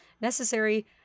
necessary